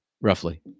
roughly